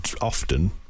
often